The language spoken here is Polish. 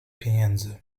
pieniędzy